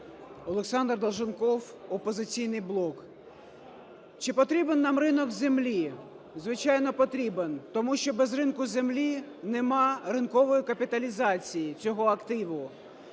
Олександр Долженков, "Опозиційний блок". Чи потрібен нам ринок землі? Звичайно, потрібен, тому що без ринку землі немає ринкової капіталізації цього активу.